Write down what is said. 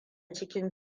cikin